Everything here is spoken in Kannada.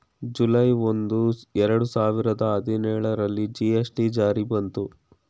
ಜುಲೈ ಒಂದು, ಎರಡು ಸಾವಿರದ ಹದಿನೇಳರಲ್ಲಿ ಜಿ.ಎಸ್.ಟಿ ಜಾರಿ ಬಂತು